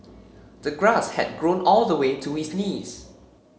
the grass had grown all the way to his knees